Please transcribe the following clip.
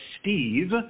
Steve